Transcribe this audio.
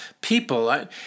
people